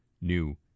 new